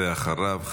ואחריו,